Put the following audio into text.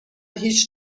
هیچ